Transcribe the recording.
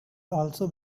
also